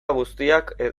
guztiak